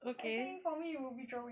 I think for me would be drawing